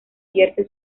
vierte